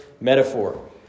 metaphor